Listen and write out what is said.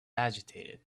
agitated